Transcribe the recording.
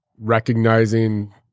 recognizing